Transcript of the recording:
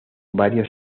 varios